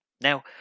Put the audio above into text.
Now